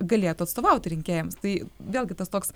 galėtų atstovauti rinkėjams tai vėlgi tas toks